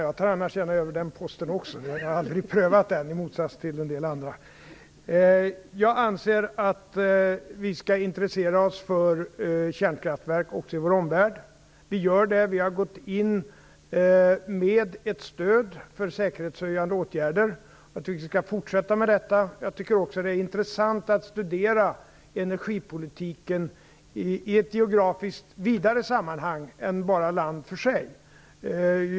Fru talman! Jag anser att vi skall intressera oss för kärnkraftverk också i vår omvärld. Vi gör det. Vi har gått in med ett stöd för säkerhetshöjande åtgärder. Jag tycker att vi skall fortsätta med detta. Jag tycker också att det är intressant att studera energipolitiken i ett geografiskt vidare sammanhang än vart land för sig.